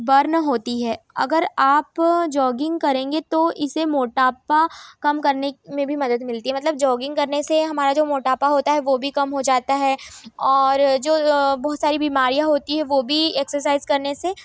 burn होती है अगर आप जॉगिंग करेंगे तो इसे मोटापा कम करने में भी मदद मिलती है मतलब जॉगिंग करने से हमारा जो मोटापा होता है वह भी कम हो जाता है और जो बहुत सारी बीमारियाँ होती है वह भी एक्सरसाइज करने से